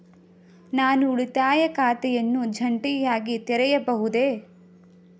ನಾನು ಉಳಿತಾಯ ಖಾತೆಯನ್ನು ಜಂಟಿಯಾಗಿ ತೆರೆಯಬಹುದೇ?